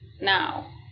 now